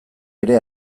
ere